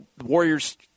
Warriors